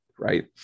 Right